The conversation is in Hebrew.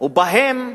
ובהם תתפרנסו.